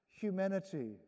humanity